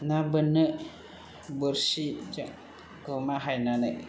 ना बोननो बोरसिखौ बाहायनानै